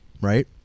right